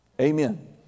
Amen